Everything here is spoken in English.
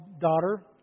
daughter